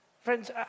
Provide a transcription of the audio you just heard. Friends